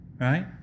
right